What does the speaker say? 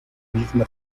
misma